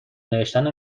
نوشتنو